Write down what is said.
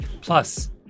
Plus